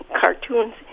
cartoons